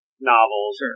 novels